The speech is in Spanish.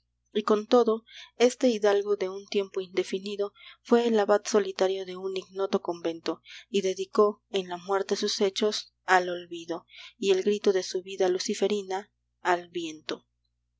y con todo este hidalgo de un tiempo indefinido fué el abad solitario de un ignoto convento y dedicó en la muerte sus hechos al olvido y el grito de su vida luciferina al viento